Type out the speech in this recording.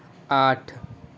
آٹھ